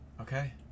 Okay